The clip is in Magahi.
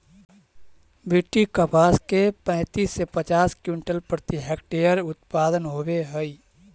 बी.टी कपास के पैंतीस से पचास क्विंटल प्रति हेक्टेयर उत्पादन होवे हई